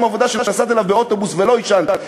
עבודה שנסעת אליו באוטובוס ולא עישנת,